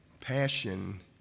passion